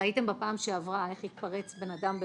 ראיתם בפעם שעברה איך התפרץ בן אדם בבכי,